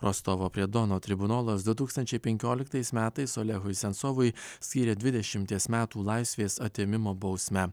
rostovo prie dono tribunolas du tūkstančiai penkioliktais metais olegui sentsovui skyrė dvidešimties metų laisvės atėmimo bausmę